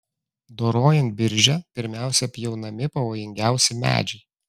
dorojant biržę pirmiausia pjaunami pavojingiausi medžiai